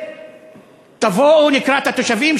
ותבואו לקראת התושבים,